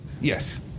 Yes